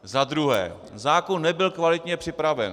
Za druhé, zákon nebyl kvalitně připraven.